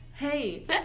Hey